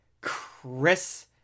Chris